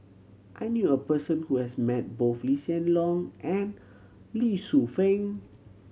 I knew a person who has met both Lee Hsien Loong and Lee Shu Fen